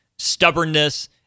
stubbornness